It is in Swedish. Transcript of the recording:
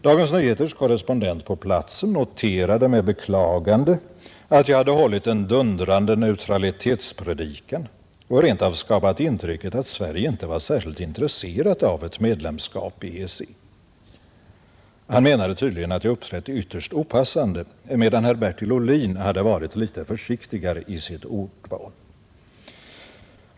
Dagens Nyheters korrespondent på platsen noterade med beklagande att jag hade hållit en dundrande neutralitetspredikan och rent av skapat intrycket att Sverige inte var särskilt intresserat av ett medlemskap i EEC. Han menade tydligen att jag uppträtt ytterst opassande, medan herr Bertil Ohlin hade varit lite försiktigare i sitt ordval.